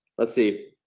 let's see,